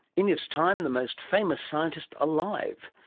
in his time the most famous scientist alive.